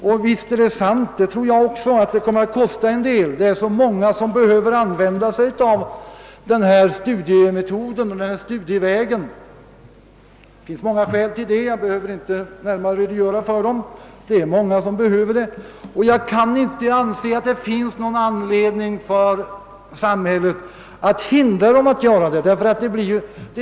Också jag tror att en reform i enlighet med vårt förslag kommer att kosta en del, eftersom det är så många som behöver använda sig av denna studieväg — det finns olika skäl till detta som jag inte närmare behöver redogöra för — men jag kan inte finna att det föreligger någon anledning för samhället att hindra dem som vill utnyttja denna möjlighet från att göra det.